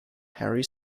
harry